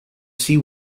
see